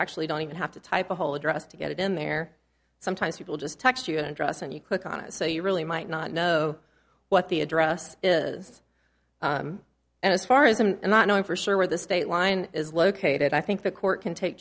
actually don't even have to type a whole address to get it in there sometimes people just text you an address and you click on it so you really might not know what the address is and as far as and not knowing for sure where the state line is located i think the court can take